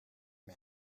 man